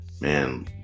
man